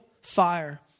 fire